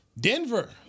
Denver